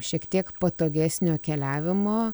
šiek tiek patogesnio keliavimo